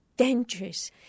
Dangerous